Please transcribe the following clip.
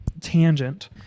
tangent